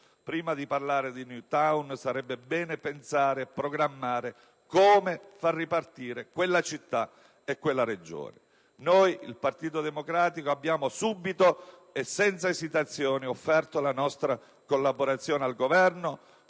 Prima di parlare di *new town* sarebbe bene pensare e programmare come far ripartire quella città e quella Regione. Noi, il Partito Democratico, abbiamo subito e senza esitazione offerto la nostra collaborazione al Governo